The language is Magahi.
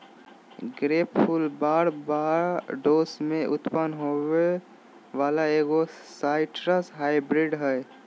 ग्रेपफ्रूट बारबाडोस में उत्पन्न होबो वला एगो साइट्रस हाइब्रिड हइ